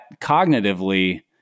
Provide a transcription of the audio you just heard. cognitively